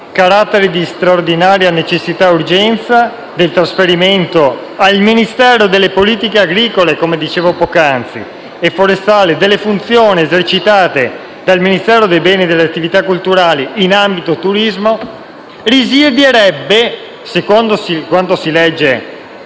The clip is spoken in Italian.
carattere di straordinaria necessità ed urgenza del trasferimento al Ministero delle politiche agricole, alimentari, forestalidelle funzioni esercitate dal Ministero per i beni e le attività culturali in ambito turistico risiederebbe, secondo quanto si legge